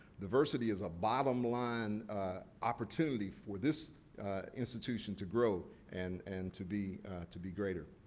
diversity is a bottom line opportunity for this institution to grow and and to be to be greater.